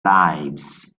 lives